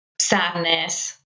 sadness